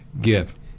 gift